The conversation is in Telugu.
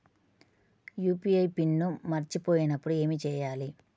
యూ.పీ.ఐ పిన్ మరచిపోయినప్పుడు ఏమి చేయాలి?